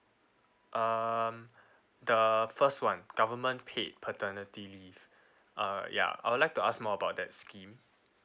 um the first one government paid paternity leave uh ya I would like to ask more about that scheme